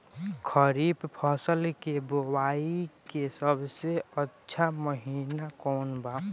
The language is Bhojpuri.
खरीफ फसल के बोआई के सबसे अच्छा महिना कौन बा?